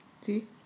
See